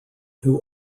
who